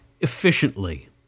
efficiently